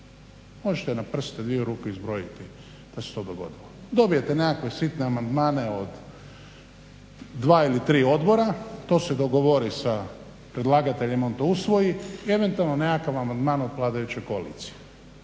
Možete na prste dviju ruke izbrojiti da se to dogodilo. Dobijete neke sitne amandmane od dva ili tri odbora, to se dogovori sa predlagateljem, on to usvoji i eventualno nekakav amandman od vladajuće koalicije.